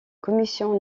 commission